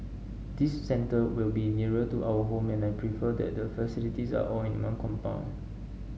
this centre will be nearer to our home and I prefer that the facilities are all in one compound